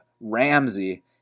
Ramsey